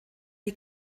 die